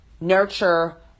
nurture